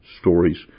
stories